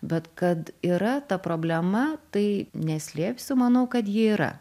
bet kad yra ta problema tai neslėpsiu manau kad ji yra